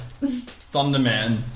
Thunderman